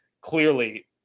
clearly